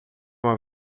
uma